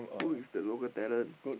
who is the local talent